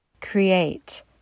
create